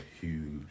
huge